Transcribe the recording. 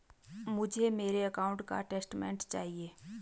मुझे मेरे अकाउंट का स्टेटमेंट चाहिए?